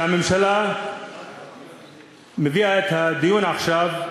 שהממשלה מביאה לדיון עכשיו,